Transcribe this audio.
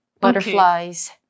butterflies